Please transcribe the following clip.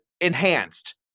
enhanced